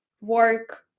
work